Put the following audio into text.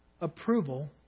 approval